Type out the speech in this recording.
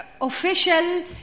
official